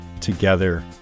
together